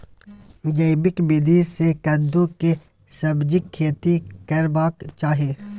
जैविक विधी से कद्दु के सब्जीक खेती करबाक चाही?